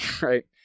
right